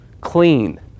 clean